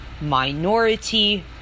minority